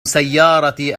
سيارتي